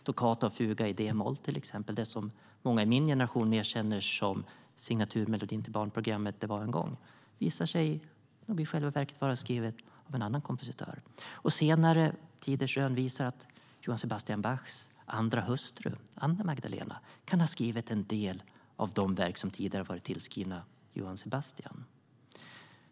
Det gäller till exempel Toccata och fuga i d-moll, som många i min generation mer känner som signaturmelodin till barnprogrammet Det var en gång . Det visar sig vara skrivet av en annan kompositör. Senare tiders rön visar att Johann Sebastian Bachs andra hustru, Anna Magdalena, kan ha skrivit en del av de verk som tidigare har varit tillskrivna Johann Sebastian.